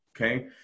okay